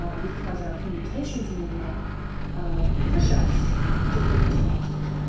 ah because our communications media ah push us to quick responses.